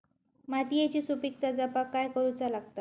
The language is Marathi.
मातीयेची सुपीकता जपाक काय करूचा लागता?